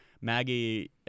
Maggie